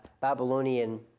Babylonian